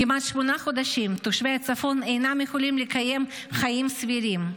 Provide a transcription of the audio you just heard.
כמעט שמונה חודשים תושבי הצפון אינם יכולים לקיים חיים סבירים,